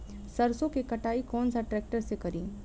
सरसों के कटाई कौन सा ट्रैक्टर से करी?